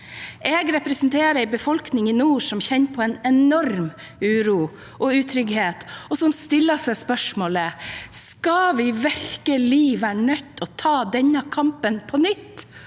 Jeg representerer en befolkning i nord som kjenner på en enorm uro og utrygghet, og som stiller seg spørsmålet: Skal vi virkelig være nødt til å ta denne kampen på nytt?